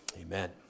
Amen